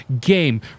game